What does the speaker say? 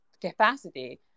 capacity